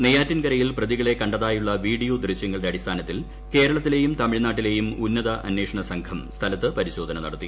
നെയ്യാറ്റിൻകരയിൽ പ്രതികളെ കണ്ടതായുള്ള വിഡിയോ ദൃശ്യങ്ങളുടെ അടിസ്ഥാനത്തിൽ കേരളത്തിലെയും തമിഴ്നാട്ടിലെയും ഉന്നത അന്വേഷണ സംഘം സ്ഥലത്ത് പരിശോധന നടത്തി